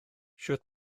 sut